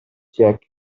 check